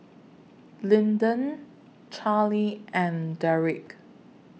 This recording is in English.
Lyndon Charlie and Derik